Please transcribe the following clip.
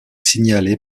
signalé